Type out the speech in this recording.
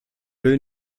will